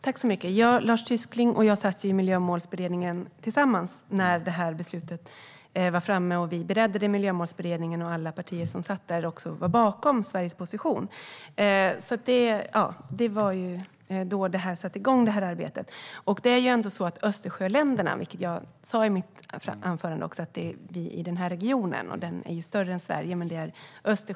Fru talman! Lars Tysklind och jag satt i Miljömålsberedningen tillsammans när det här beslutet var framme. Vi beredde det i Miljömålsberedningen, och alla partier som satt där stod bakom Sveriges position. Det var då det här arbetet sattes igång. Som jag sa i mitt huvudanförande var det vi i Östersjöländerna som gick före. Det är en region som är större än Sverige.